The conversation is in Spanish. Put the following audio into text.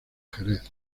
jerez